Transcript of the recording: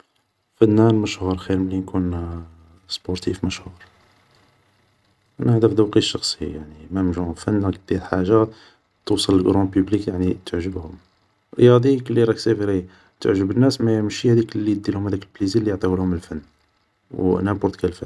فنان مشهور خير ملي نكون سبورتيف مشهور, انا هادا دوقي الشخصي, فنان راك دير حاجة توصل قرون بوبليك راك تعجبهم, رياضي كلي راك سي فري تعجب الناس مي ماشي لي ديرلهم هداك بليزير اللي يعطيهولهم الفن و نامبورت كال فن